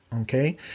Okay